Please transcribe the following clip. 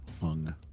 hung